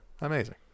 Amazing